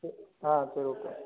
சரி ஆ சரி ஓகே